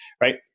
right